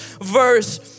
verse